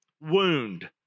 wound